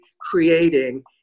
creating